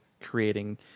creating